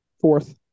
Fourth